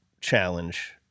challenge